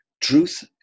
truth